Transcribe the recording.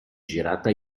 girata